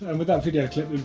and with that video clip.